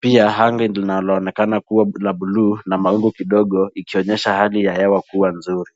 Pia anga linaloonekana kuwa la buluu na mawingu kidogo, ikionyesha hali ya hewa kuwa nzuri.